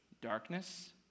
Darkness